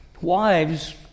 Wives